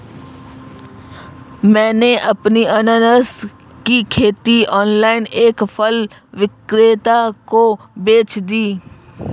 मैंने अपनी अनन्नास की खेती ऑनलाइन एक फल विक्रेता को बेच दी